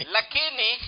Lakini